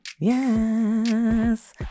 Yes